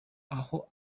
aho